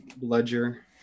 Ledger